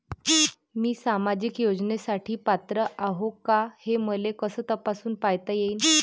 मी सामाजिक योजनेसाठी पात्र आहो का, हे मले कस तपासून पायता येईन?